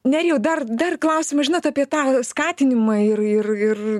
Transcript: nerijau dar dar klausimas žinot apie tą skatinimą ir ir ir